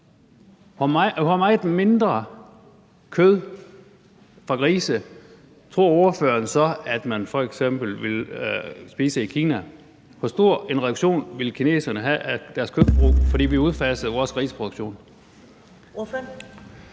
hvor meget mindre kød fra grise tror ordføreren så at man ville spise i f.eks. Kina? Hvor stor en reduktion ville kineserne have af deres kødforbrug, fordi vi udfasede vores griseproduktion?